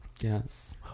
Yes